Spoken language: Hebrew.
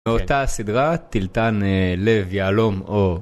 מאותה סדרה תלתן לב יהלום או..